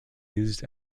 used